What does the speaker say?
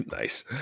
Nice